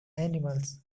animals